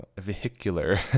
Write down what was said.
vehicular